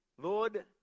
Lord